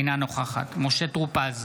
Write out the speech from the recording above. אינה נוכחת משה טור פז,